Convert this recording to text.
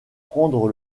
prendre